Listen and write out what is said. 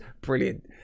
Brilliant